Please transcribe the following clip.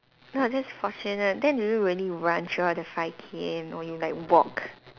ah that's fortunate then did you really run throughout the five K_M or you like walk